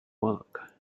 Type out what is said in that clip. awoke